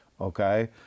Okay